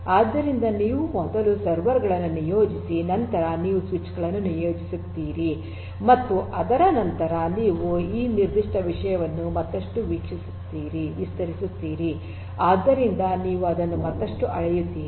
ಆದ್ದರಿಂದ ನೀವು ಮೊದಲು ಸರ್ವರ್ ಗಳನ್ನು ನಿಯೋಜಿಸಿ ನಂತರ ನೀವು ಸ್ವಿಚ್ ಗಳನ್ನು ನಿಯೋಜಿಸುತ್ತೀರಿ ಮತ್ತು ಅದರ ನಂತರ ನೀವು ಈ ನಿರ್ದಿಷ್ಟ ವಿಷಯವನ್ನು ಮತ್ತಷ್ಟು ವಿಸ್ತರಿಸುತ್ತೀರಿ ಆದ್ದರಿಂದ ನೀವು ಅದನ್ನು ಮತ್ತಷ್ಟು ಅಳೆಯುತ್ತೀರಿ